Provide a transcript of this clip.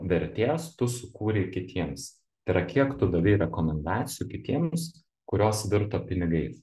vertės tu sukūrei kitiems tai yra kiek tu davei rekomendacijų kitiems kurios virto pinigais